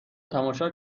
تماشا